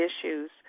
issues